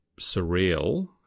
surreal